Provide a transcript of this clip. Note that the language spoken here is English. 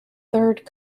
third